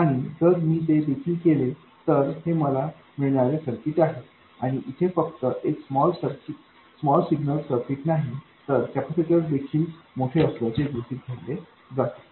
आणि जर मी ते देखील केले तर हे मला मिळणारे सर्किट आहे आणि येथे इथे फक्त एक स्मॉल सिग्नल सर्किट नाही तर कॅपेसिटर देखील मोठे असल्याचे गृहित धरले जाते